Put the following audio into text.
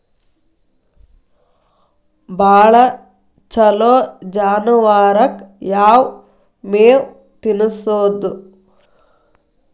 ಭಾಳ ಛಲೋ ಜಾನುವಾರಕ್ ಯಾವ್ ಮೇವ್ ತಿನ್ನಸೋದು?